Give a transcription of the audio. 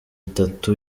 itatu